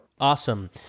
Awesome